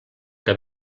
que